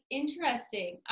interesting